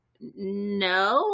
no